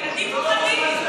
הילדים פוחדים.